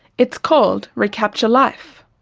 it's called recapture life,